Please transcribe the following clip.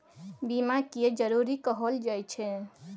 बीमा किये जरूरी कहल जाय छै?